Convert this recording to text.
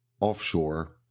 offshore